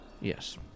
Yes